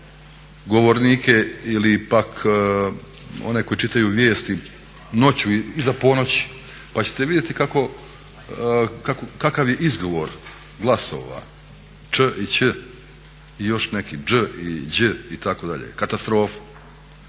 govornike ili pak one koji čitaju vijesti, noću, iza ponoći pa ćete vidjeti kakav je izgovor glasova č i ć i još nekih đ i dž itd., katastrofa!